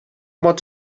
want